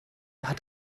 hat